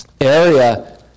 area